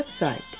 website